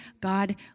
God